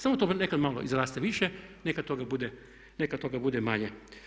Samo to nekad malo izraste više, nekad toga bude manje.